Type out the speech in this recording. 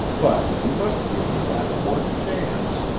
but you must give me that one chance.